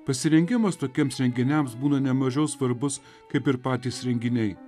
pasirengimas tokiems renginiams būna ne mažiau svarbus kaip ir patys renginiai